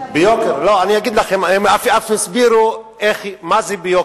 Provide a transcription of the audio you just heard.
הם אף הסבירו מה זה ביוקר.